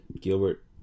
Gilbert